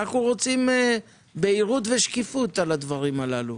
אנחנו רוצים בהירות ושקיפות על הדברים הללו.